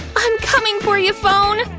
i'm coming for you, phone!